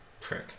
prick